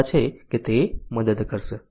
આશા છે કે તે મદદ કરશે